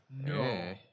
No